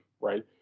right